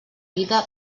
vida